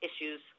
issues